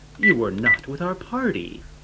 you were not with our party!